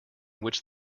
which